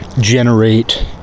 generate